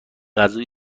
غذای